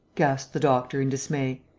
gasped the doctor, in dismay.